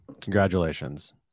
congratulations